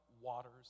waters